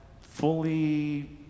fully